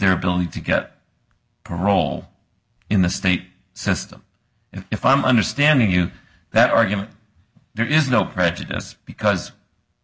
their ability to get parole in the state system and if i'm understanding you that argument there is no prejudice because